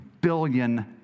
billion